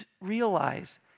realize